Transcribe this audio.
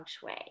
shui